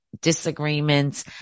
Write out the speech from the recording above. disagreements